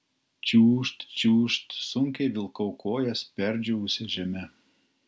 čiūžt čiūžt sunkiai vilkau kojas perdžiūvusia žeme